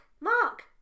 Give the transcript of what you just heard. mark